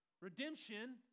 Redemption